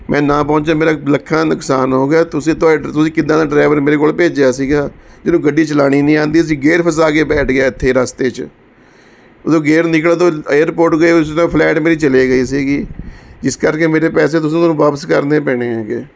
ਮੈਂ ਨਾ ਪਹੁੰਚਿਆ ਮੇਰਾ ਲੱਖਾਂ ਨੁਕਸਾਨ ਹੋ ਗਿਆ ਤੁਸੀਂ ਤੁਹਾਡੇ ਤੁਸੀਂ ਕਿੱਦਾਂ ਦਾ ਡਰਾਈਵਰ ਮੇਰੇ ਕੋਲ ਭੇਜਿਆ ਸੀਗਾ ਜਿਹਨੂੰ ਗੱਡੀ ਚਲਾਉਣੀ ਨਹੀਂ ਆਉਂਦੀ ਸੀ ਗੇਅਰ ਫਸਾ ਕੇ ਬੈਠ ਗਿਆ ਇੱਥੇ ਰਸਤੇ 'ਚ ਉਦੋਂ ਗੇਅਰ ਨਿਕਲਣ ਤੋਂ ਏਅਰਪੋਰਟ ਗਏ ਸੀ ਤਾਂ ਫਲੈਟ ਮੇਰੀ ਚਲੇ ਗਈ ਸੀਗੀ ਜਿਸ ਕਰਕੇ ਮੇਰੇ ਪੈਸੇ ਤੁਸੀਂ ਤੁਹਾਨੂੰ ਵਾਪਸ ਕਰਨੇ ਪੈਣੇ ਹੈਗੇ